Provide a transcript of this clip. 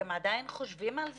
אתם עדיין חושבים על זה?